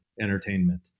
Entertainment